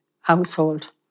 household